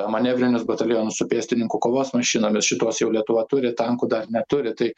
manevrinius batalionus su pėstininkų kovos mašinomis šituos jau lietuva turi tankų dar neturi tai